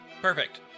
perfect